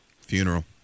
Funeral